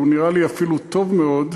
אבל הוא נראה לי אפילו טוב מאוד,